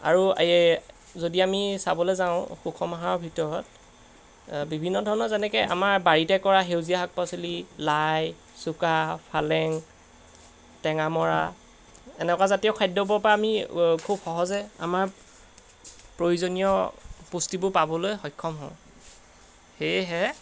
আৰু এই যদি আমি চাবলৈ যাওঁ সুষম আহাৰৰ ভিতৰত বিভিন্ন ধৰণৰ যেনেকৈ আমাৰ বাৰীতে কৰা সেউজীয়া শাক পাচলি লাই চুকা পালেং টেঙামৰা এনেকুৱাজাতীয় খাদ্যবোৰ পৰা আমি খুব সহজে আমাৰ প্ৰয়োজনীয় পুষ্টিবোৰ পাবলৈ সক্ষম হওঁ সেয়েহে